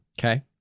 Okay